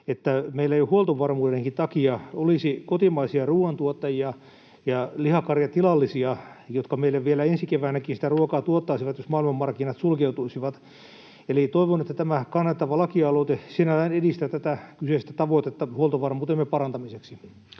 että meillä jo huoltovarmuudenkin takia olisi kotimaisia ruoantuottajia ja lihakarjatilallisia, jotka meille vielä ensi keväänäkin sitä ruokaa tuottaisivat, jos maailmanmarkkinat sulkeutuisivat. Eli toivon, että tämä kannatettava lakialoite sinällään edistää tätä kyseistä tavoitetta huoltovarmuutemme parantamiseksi.